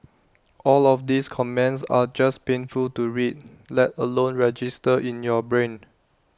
all of these comments are just painful to read let alone register in your brain